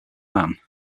man